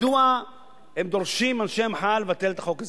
מדוע דורשים אנשי המחאה לבטל את החוק הזה?